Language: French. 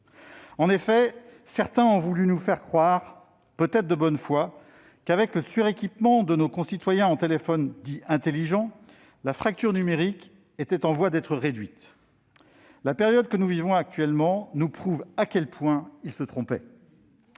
blanche ? Certains ont voulu nous faire croire, peut-être de bonne foi, qu'avec le suréquipement de nos concitoyens en téléphones dits intelligents la fracture numérique était en voie d'être réduite. La période que nous vivons actuellement nous prouve à quel point ils se trompaient.